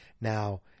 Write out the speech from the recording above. Now